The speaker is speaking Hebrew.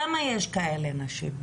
כמה כאלה נשים יש?